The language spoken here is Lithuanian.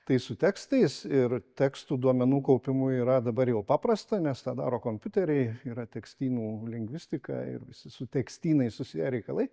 tai su tekstais ir tekstų duomenų kaupimu yra dabar jau paprasta nes tą daro kompiuteriai yra tekstynų lingvistika ir visi su tekstynais susiję reikalai